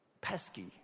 pesky